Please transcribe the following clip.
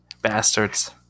Bastards